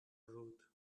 rude